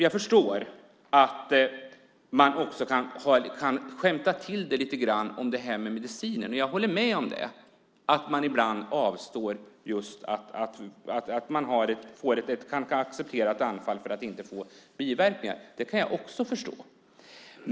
Jag förstår att man också kan skämta till det lite grann när man talar om medicinen. Jag håller med om att man ibland kan acceptera ett anfall för att inte få biverkningar. Det kan jag också förstå.